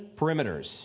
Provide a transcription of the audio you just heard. perimeters